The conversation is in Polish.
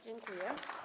Dziękuję.